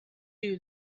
you